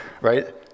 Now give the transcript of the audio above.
right